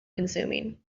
consuming